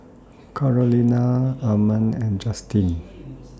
Carolina Ammon and Justyn